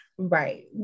Right